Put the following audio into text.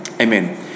Amen